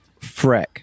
Freck